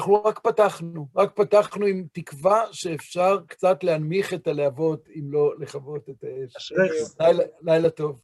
אנחנו רק פתחנו, רק פתחנו עם תקווה שאפשר קצת להנמיך את הלהבות אם לא לכבות את האש. אשריך. לילה טוב.